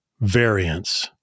variance